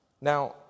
Now